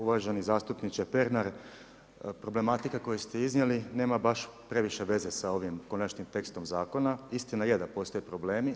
Uvaženi zastupniče Pernar, problematika koju ste iznijeli, nema baš previše veze sa ovim konačnim tekstom zakona, istina je da postoje problemi.